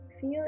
Feel